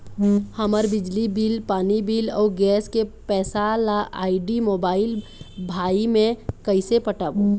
हमर बिजली बिल, पानी बिल, अऊ गैस के पैसा ला आईडी, मोबाइल, भाई मे कइसे पटाबो?